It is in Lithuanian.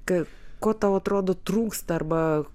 kaip ko tau atrodo trūksta arba